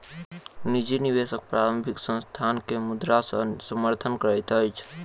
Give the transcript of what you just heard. निजी निवेशक प्रारंभिक संस्थान के मुद्रा से समर्थन करैत अछि